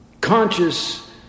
conscious